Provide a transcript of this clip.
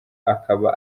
akaba